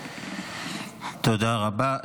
תודה רבה.